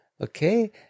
okay